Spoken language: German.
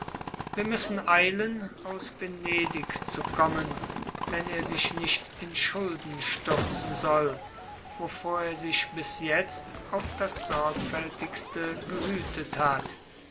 wir müssen eilen aus venedig zu kommen wenn er sich nicht in schulden stürzen soll wovor er sich bis jetzt auf das sorgfältigste gehütet hat